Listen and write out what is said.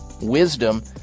wisdom